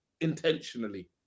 intentionally